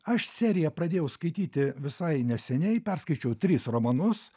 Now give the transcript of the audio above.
aš seriją pradėjau skaityti visai neseniai perskaičiau tris romanus